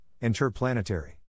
Interplanetary